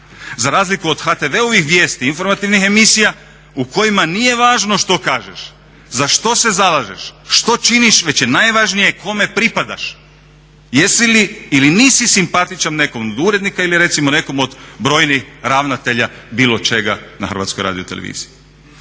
Za razliku od HTV-ovih vijesti, informativnih emisija u kojima nije važno što kažeš, za što se zalažeš, što činiš već je najvažnije kome pripadaš, jesi li ili nisi simpatičan nekom od urednika ili recimo nekom od brojnih ravnatelja bilo čega na HRT-u. Kako se u izvješću